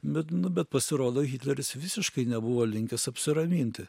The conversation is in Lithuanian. bet nu bet pasirodo hitleris visiškai nebuvo linkęs apsiraminti